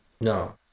No